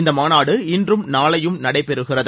இந்த மாநாடு இன்றும் நாளையும் நடைபெறுகிறது